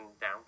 down